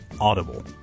audible